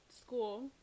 school